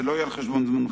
זה לא יהיה על חשבון זמנך.